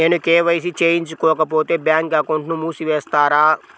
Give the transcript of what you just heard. నేను కే.వై.సి చేయించుకోకపోతే బ్యాంక్ అకౌంట్ను మూసివేస్తారా?